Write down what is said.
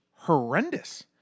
Horrendous